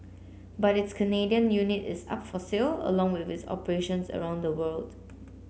but its Canadian unit is up for sale along with its operations around the world